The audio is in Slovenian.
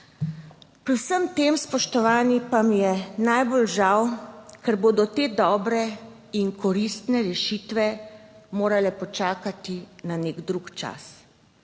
Pri vsem tem, spoštovani, pa mi je najbolj žal, ker bodo te dobre in koristne rešitve morale počakati na nek drug čas,